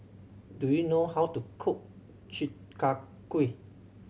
do you know how to cook Chi Kak Kuih